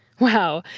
wow.